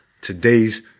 Today's